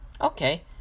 Okay